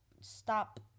Stop